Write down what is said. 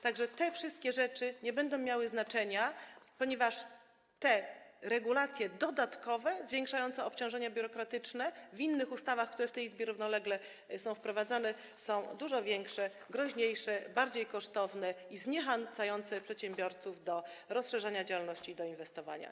Tak że te wszystkie rzeczy nie będą miały znaczenia, ponieważ te dodatkowe regulacje zwiększające obciążenia biurokratyczne, obecne w innych ustawach, które w tej Izbie są równolegle wprowadzane, są dużo większe, groźniejsze, bardziej kosztowne i zniechęcające przedsiębiorców do rozszerzania działalności i do inwestowania.